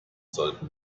sollte